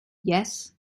yes